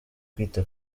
kwita